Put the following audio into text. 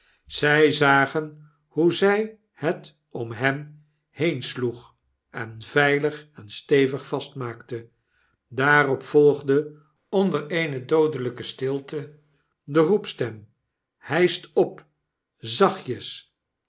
zij zagen hoe zy het om hem heen sloeg en veilig en stevig vastmaakte daarop volgde onder eene doodelyke stilte de roepstem hyscht op